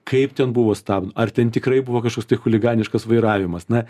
kaip ten buvo stabd ar ten tikrai buvo kažkoks tai chuliganiškas vairavimas na